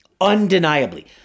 Undeniably